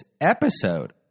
episode